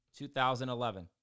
2011